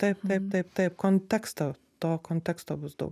taip taip taip taip konteksto to konteksto bus daug